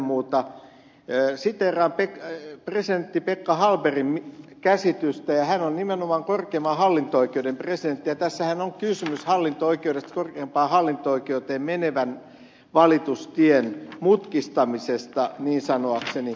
siteeraan pekka hallbergin käsitystä ja hän on nimenomaan korkeimman hallinto oikeuden presidentti ja tässähän on kysymys hallinto oikeudesta korkeimpaan hallinto oikeuteen menevän valitustien mutkistamisesta niin sanoakseni